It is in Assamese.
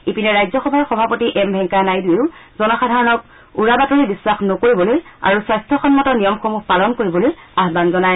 ইপিনে ৰাজ্যসভাৰ সভাপতি এম ভেংকায়া নাইডুৱেও জনসাধাৰণক উৰা বাতৰি বিশ্বাস নকৰিবলৈ আৰু স্বাস্থ্য সন্মত নিয়মসমূহ পালন কৰিবলৈ আহান জনায়